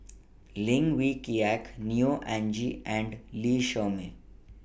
Lim Wee Kiak Neo Anngee and Lee Shermay